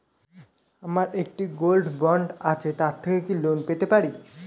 আমার একটি gold bond আছে তার থেকে কি লোন পেতে পারি?